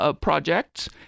projects